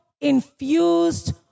infused